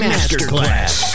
Masterclass